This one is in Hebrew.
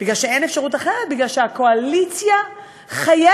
אין אפשרות אחרת, כי הקואליציה חייבת